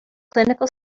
clinical